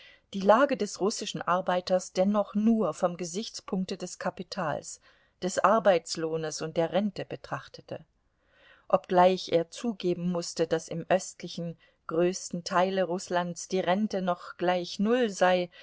die lage des russischen arbeiters dennoch nur vom gesichtspunkte des kapitals des arbeitslohnes und der rente betrachtete obgleich er zugeben mußte daß im östlichen größten teile rußlands die rente noch gleich null sei